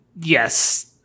Yes